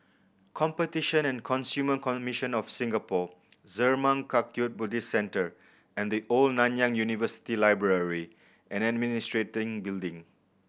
Competition and Consumer Commission of Singapore Zurmang Kagyud Buddhist Centre and The Old Nanyang University Library and Administration Building